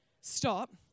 stop